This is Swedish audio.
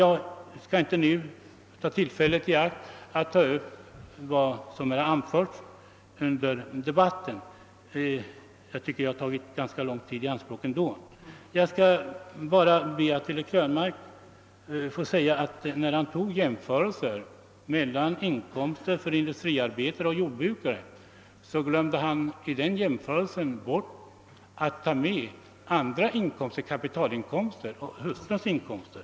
Jag skall inte nu närmare gå in på vad som här anförts under debatten — jag tycker att jag har tagit ganska lång tid i anspråk ändå. Jag vill bara till herr Krönmark säga. att när han gjorde en jämförelse mellan industriarbetarnas och jordbrukarnas inkomster, så glömde han att ta med en del poster, nämligen vissa kapitalinkomster och hustruns inkomster.